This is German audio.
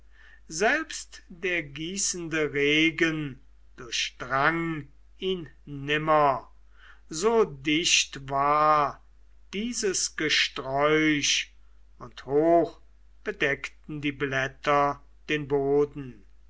selbst der gießende regen durchdrang ihn nimmer so dicht war dieses gesträuch und hoch bedeckten die blätter den boden